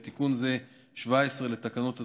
תיקון זה, תיקון 17 לתקנות התעופה,